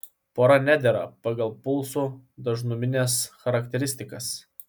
pora nedera pagal pulsų dažnumines charakteristikas